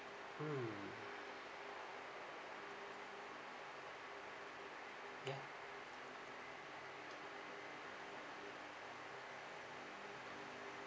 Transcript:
mm ya